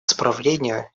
исправлению